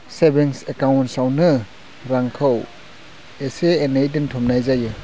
savings एकाउन्ट्सआवनो रांखौ एसे एनै दोनथुमनाय जायो